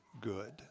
good